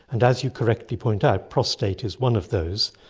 and as you correctly point out, prostate is one of those,